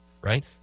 Right